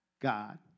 God